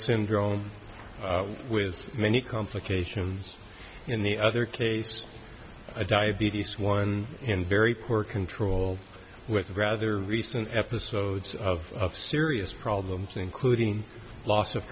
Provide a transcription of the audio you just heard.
syndrome with many complications in the other case of diabetes one in very poor control with rather recent episodes of serious problems including loss of